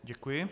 Děkuji.